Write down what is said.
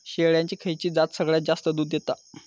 शेळ्यांची खयची जात सगळ्यात जास्त दूध देता?